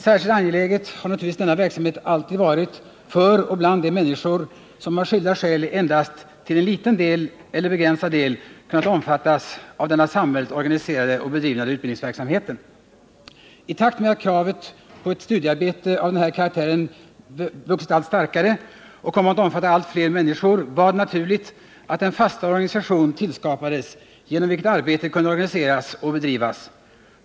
Särskilt angelägen har naturligtvis denna verksamhet alltid varit för och bland de människor som av skilda skäl endast till en liten eller begränsad del kunnat omfattas av den av samhället organiserade och bedrivna utbildningsverksamheten. I takt med att kravet på ett studiearbete av den här karaktären vuxit allt starkare och kommit att omfatta allt fler människor har det blivit naturligt att en fastare organisation tillskapats genom vilken arbetet kunnat organiseras och bedrivas.